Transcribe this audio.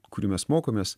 kurių mes mokomės